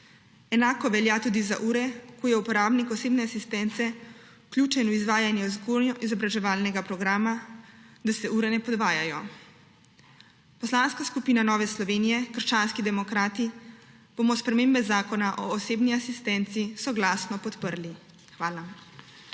Enako velja tudi za ure, ko je uporabnik osebne asistence vključen v izvajanje vzgojno-izobraževalnega programa, da se ure ne podvajajo. Poslanska skupina Nova Slovenija – krščanski demokrati bomo spremembe Zakona o osebni asistenci soglasno podprli. Hvala.